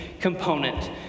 component